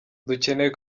dukeneye